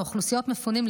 לאוכלוסיות מפונים,